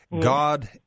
God